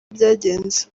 byagenze